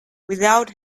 without